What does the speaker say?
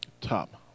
top